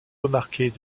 remarquées